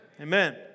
Amen